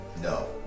No